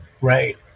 Right